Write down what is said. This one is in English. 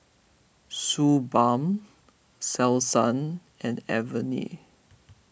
Suu Balm Selsun and Avene